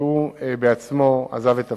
שהוא בעצמו עזב את תפקידו.